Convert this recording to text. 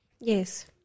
Yes